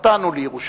חטאנו לירושלים.